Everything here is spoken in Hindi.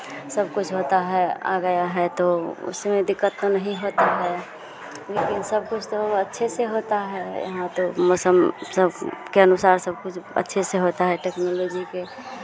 सब कुछ होता है आ गया है तो उसमें दिक्कत तो नहीं होता है लेकिन सब कुछ तो अच्छे से होता है यहाँ तो मौसम सब के अनुसार सब कुछ अच्छे से होता है टेक्नोलोजी के